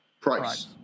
Price